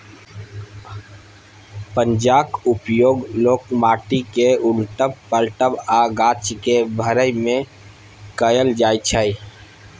पंजाक उपयोग लोक माटि केँ उलटब, पलटब आ गाछ केँ भरय मे कयल जाइ छै